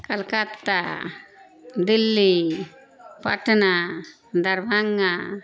Calcutta Delhi Patna Darbhanga